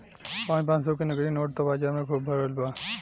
पाँच पाँच सौ के नकली नोट त बाजार में खुब भरल बा